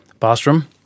Bostrom